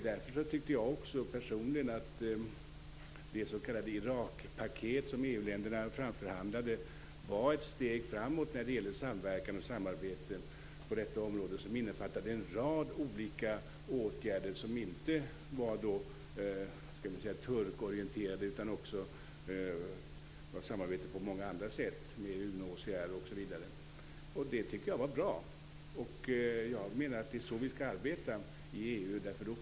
Därför tyckte jag personligen också att det s.k. Irakpaket som EU-länderna framförhandlade var ett steg framåt när det gäller samverkan och samarbete på detta område. Det innefattade en rad olika åtgärder som inte var turkorienterade utan även samarbete på många andra sätt med UNHCR osv. Och det tycker jag var bra. Jag menar att det är så vi skall arbeta i EU.